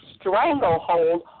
stranglehold